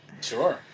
sure